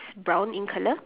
brown in colour